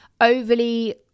overly